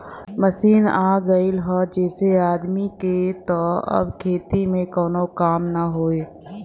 machine आ गयल हौ जेसे आदमी के त अब खेती में कउनो काम ना हौ